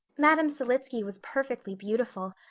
madame selitsky was perfectly beautiful,